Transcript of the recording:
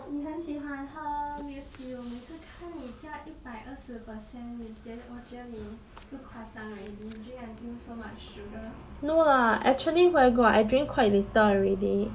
你很喜欢喝 milk tea 我每次看你叫一百二十 percent 你我觉得你 too 夸张 already drink until so much sugar